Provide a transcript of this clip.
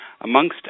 Amongst